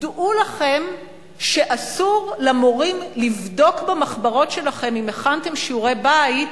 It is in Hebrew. דעו לכם שאסור למורים לבדוק במחברות שלכם אם הכנתם שיעורי-בית,